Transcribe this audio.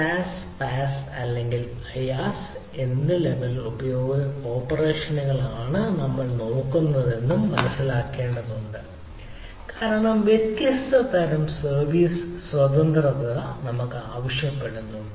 SaaS PaaS അല്ലെങ്കിൽ IaaS ഏത് level ഓപ്പറേഷനുകളാണ് നമ്മൾ നോക്കുന്നതെന്ന് മനസിലാക്കേണ്ടതുണ്ട് കാരണം വ്യത്യസ്ത തരം കാര്യങ്ങൾ വ്യത്യസ്ത തരം സർവീസ് വ്യത്യസ്ത തരം ആവശ്യകതകളുണ്ട്